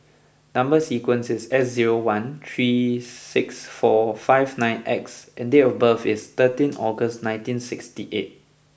number sequence is S zero one three six four five nine X and date of birth is thirteen August nineteen sixty eight